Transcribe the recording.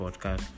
podcast